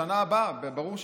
לשנה הבאה, ברור שכך.